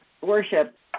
worship